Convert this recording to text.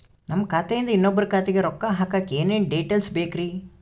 ನಮ್ಮ ಖಾತೆಯಿಂದ ಇನ್ನೊಬ್ಬರ ಖಾತೆಗೆ ರೊಕ್ಕ ಹಾಕಕ್ಕೆ ಏನೇನು ಡೇಟೇಲ್ಸ್ ಬೇಕರಿ?